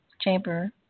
chamber